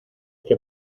que